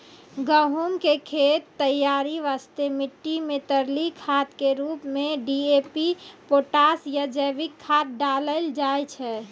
गहूम के खेत तैयारी वास्ते मिट्टी मे तरली खाद के रूप मे डी.ए.पी पोटास या जैविक खाद डालल जाय छै